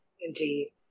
Indeed